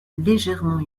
légèrement